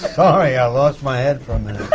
sorry, i lost my head for a minute.